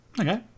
okay